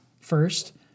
first